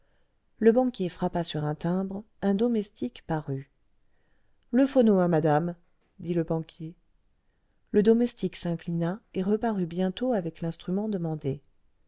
le banquier frappa sur un timbre un domestique parut le phono à madame dit le banquier le domestique s'inclina et reparut bientôt avec l'instrument demandé